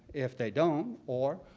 if they don't. or,